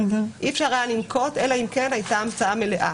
אי אפשר היה לנקוט אלא אם כן הייתה המצאה מלאה